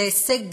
זה הישג גדול,